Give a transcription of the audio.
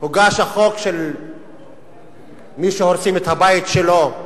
הוגש חוק שמי שהורסים את הבית שלו,